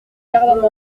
garde